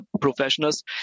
professionals